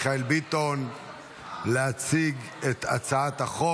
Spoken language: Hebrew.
לקריאה שנייה ולקריאה שלישית: הצעת חוק